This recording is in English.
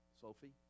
sophie